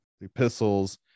epistles